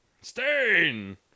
Stain